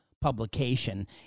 publication